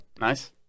nice